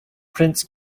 prince